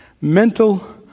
mental